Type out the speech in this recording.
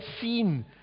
seen